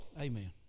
Amen